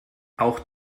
auch